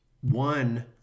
one